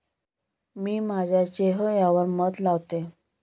मी माझ्या चेह यावर मध लावते